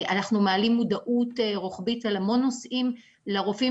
אנחנו מעלים מודעות רוחבית על המון נשואים לרופאים